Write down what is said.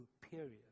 period